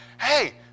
hey